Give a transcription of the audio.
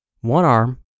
one-arm